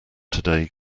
today